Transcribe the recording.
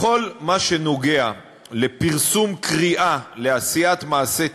בכל מה שנוגע לפרסום קריאה לעשיית מעשה טרור,